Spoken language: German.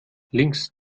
links